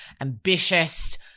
ambitious